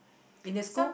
in the school